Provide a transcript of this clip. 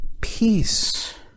peace